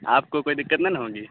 آپ کو کوئی دقت نہیں نا ہوگی